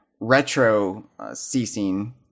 retro-ceasing